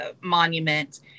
monument